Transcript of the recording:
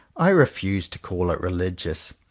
i refuse to call it religious,